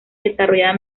desarrollada